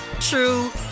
true